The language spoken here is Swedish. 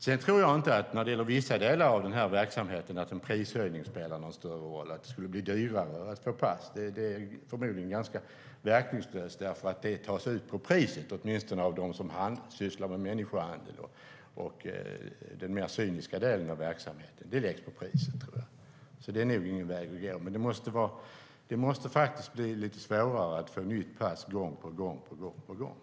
För vissa delar av den här verksamheten tror jag kanske inte att en prishöjning spelar någon större roll, alltså att det skulle bli dyrare att få pass. En sådan åtgärd är förmodligen ganska verkningslös, för det tas ut på priset i nästa led, åtminstone av dem som sysslar med människohandel och den mer cyniska delen av verksamheten. Det läggs på priset, så det är nog ingen väg att gå. Men det måste bli lite svårare att gång på gång få nytt pass.